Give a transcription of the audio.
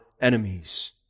enemies